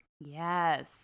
Yes